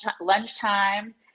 lunchtime